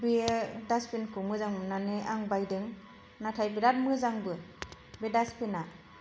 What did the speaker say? बे दास्टबिनखौ आं मोजां मोननानै आं बायदों नाथाय बेराद मोजांबो बे दास्टबिना